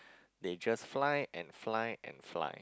they just fly and fly and fly